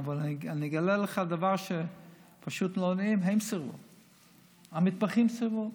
אבל אני אגלה לך דבר פשוט מאוד: הם סירבו.